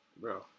bro